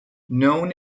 known